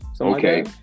Okay